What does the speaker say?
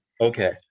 Okay